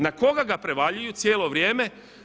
Na koga ga prevaljuju cijelo vrijeme?